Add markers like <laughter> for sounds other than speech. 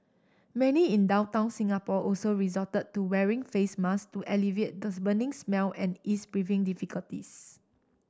many in downtown Singapore also resorted to wearing face mask to alleviate the <unintelligible> burning smell and ease breathing difficulties